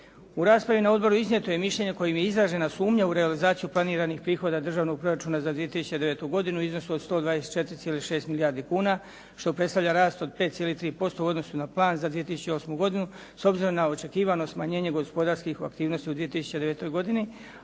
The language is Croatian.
U raspravi na odboru iznijeto je mišljenje kojim je izražena sumnja u realizaciju planiranih prihoda Državnog proračuna za 2009. godinu u iznosu 124,6 milijardi kuna što predstavlja rast od 5,3% u odnosu na plan za 2008. godinu s obzirom na očekivano smanjenje gospodarskih aktivnosti u 2009. godini,